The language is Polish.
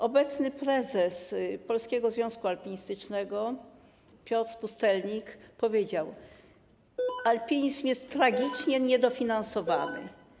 Obecny prezes Polskiego Związku Alpinizmu Piotr Pustelnik powiedział: Alpinizm jest tragicznie niedofinansowany.